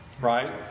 Right